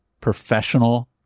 professional